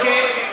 אוקיי,